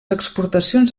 exportacions